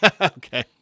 Okay